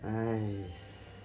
!hais!